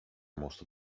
most